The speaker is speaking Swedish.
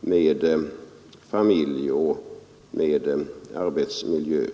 med familj och arbetsmiljö.